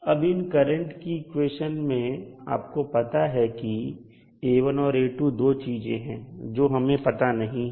अब इन करंट की इक्वेशन में आपको पता है कि A1 और A2 दो चीजें हैं जो हमें पता नहीं है